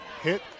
hit